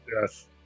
Yes